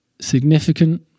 significant